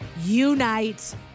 unite